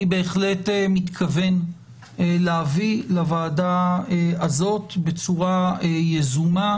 אני בהחלט מתכוון להביא לוועדה הזאת בצורה יזומה